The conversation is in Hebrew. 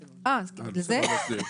להתקדם.